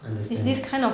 understand